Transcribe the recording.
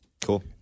Cool